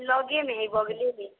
लगेमे अछि बगलेमे